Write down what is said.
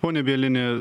pone bielini